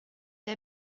der